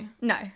No